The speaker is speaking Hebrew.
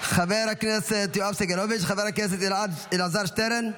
חבר הכנסת יואב סגלוביץ'; חבר הכנסת אלעזר שטרן,